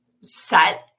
set